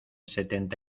setenta